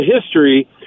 history